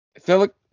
philip